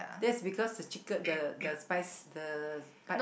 that's because the chicken the the spice the spi~